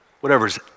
Whatever's